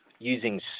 using